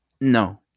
No